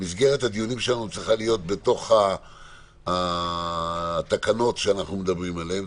שמסגרת הדיונים שלנו צריכה להיות בתוך התקנות שאנחנו מדברים עליהם.